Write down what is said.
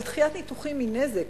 אבל דחיית ניתוחים היא נזק,